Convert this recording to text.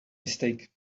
mistake